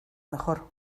mejor